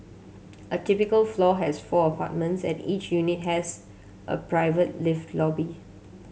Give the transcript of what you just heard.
a typical floor has four apartments and each unit has a private lift lobby